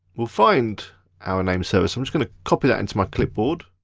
we'll find our nameserver, so i'm just gonna copy that into my clipboard.